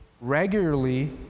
regularly